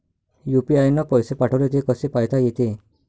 UPI न पैसे पाठवले, ते कसे पायता येते?